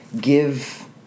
give